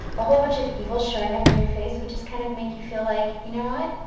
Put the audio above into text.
a whole bunch of evil showing up in your face would just kind of make you feel like, you know what?